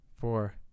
four